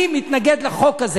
אני מתנגד לחוק הזה.